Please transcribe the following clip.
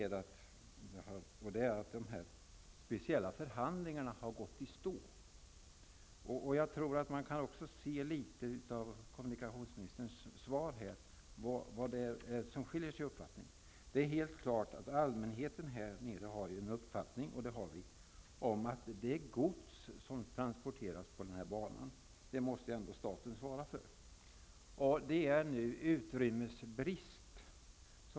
De här speciella förhandlingarna har tydligen gått i stå. I kommunikationsministerns svar kan man se litet av de skilda uppfattningarna. Det är helt klart att allmänheten här nere har uppfattningen att staten måste svara för det gods som transporteras på banan. Det finns en utrymmesbrist.